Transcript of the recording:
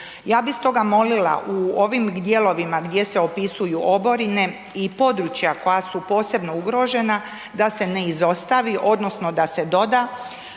Ja bih stoga molila u ovim dijelovima gdje se opisuju oborine i područja koja su posebno ugrožena da se ne izostavi, odnosno da se doda